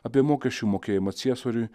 apie mokesčių mokėjimą ciesoriui